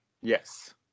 Yes